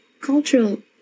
cultural